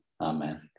Amen